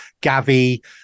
Gavi